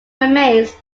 remains